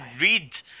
read